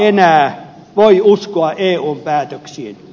kuka enää voi uskoa eun päätöksiin